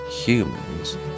humans